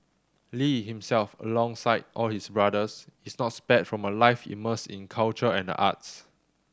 lee himself alongside all his brothers is not spared from a life immersed in culture and the arts